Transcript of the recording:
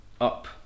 up